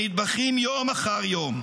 -- שנטבחים יום אחר יום.